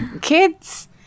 Kids